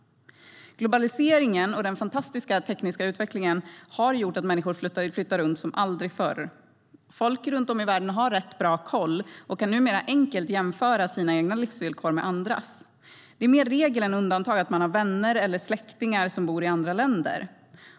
Globaliseringen och den fantastiska tekniska utvecklingen har gjort att människor flyttar runt som aldrig förr. Folk runt om i världen har rätt bra koll och kan numera enkelt jämföra sina egna livsvillkor med andras. Det är mer regel än undantag att man har vänner eller släktingar som bor i andra länder.